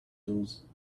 those